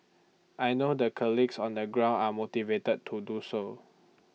I know the colleagues on the ground are motivated to do so